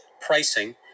pricing